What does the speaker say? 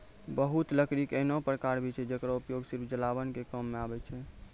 बहुत लकड़ी के ऐन्हों प्रकार भी छै जेकरो उपयोग सिर्फ जलावन के काम मॅ आवै छै